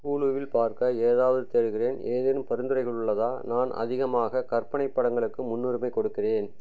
ஹுலுவில் பார்க்க ஏதாவது தேடுகிறேன் ஏதேனும் பரிந்துரைகள் உள்ளதா நான் அதிகமாக கற்பனைப் படங்களுக்கு முன்னுரிமைக் கொடுக்கிறேன்